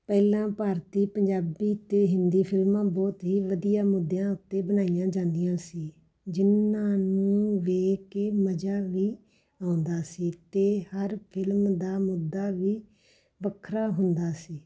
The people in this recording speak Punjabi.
ਪਹਿਲਾਂ ਭਾਰਤੀ ਪੰਜਾਬੀ ਅਤੇ ਹਿੰਦੀ ਫਿਲਮਾਂ ਬਹੁਤ ਹੀ ਵਧੀਆ ਮੁੱਦਿਆਂ ਉੱਤੇ ਬਣਾਈਆਂ ਜਾਂਦੀਆਂ ਸੀ ਜਿਨ੍ਹਾਂ ਨੂੰ ਵੇਖ ਕੇ ਮਜਾ ਵੀ ਆਉਂਦਾ ਸੀ ਅਤੇ ਹਰ ਫਿਲਮ ਦਾ ਮੁੱਦਾ ਵੀ ਵੱਖਰਾ ਹੁੰਦਾ ਸੀ